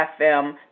FM